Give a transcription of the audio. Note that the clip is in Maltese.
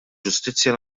ġustizzja